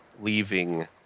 leaving